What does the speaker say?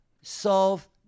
solve